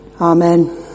amen